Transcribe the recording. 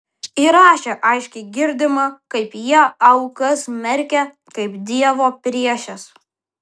įraše aiškiai girdima kaip jie aukas smerkia kaip dievo priešes